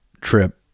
trip